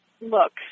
look